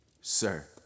Sir